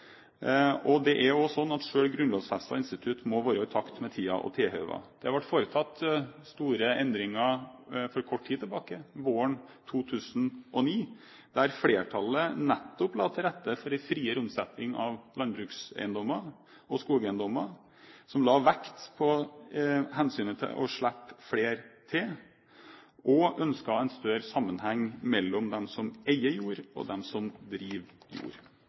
institutt må være i takt med tida og tilhøva. Det ble foretatt store endringer kort tid tilbake – våren 2009 – der flertallet nettopp la til rette for en friere omsetning av landbrukseiendommer og skogeiendommer, la vekt på hensynet til å slippe flere til og ønsket en større sammenheng mellom dem som eier jord, og dem som driver jord.